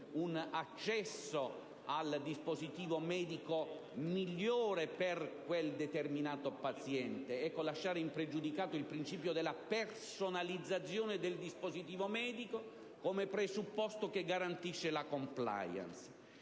di accedere al dispositivo medico migliore per quel determinato paziente. Bisogna pertanto lasciare impregiudicato il principio della personalizzazione del dispositivo medico come presupposto che garantisce la *compliance*.